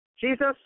Jesus